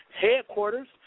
headquarters